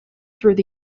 through